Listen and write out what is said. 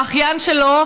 האחיין שלו,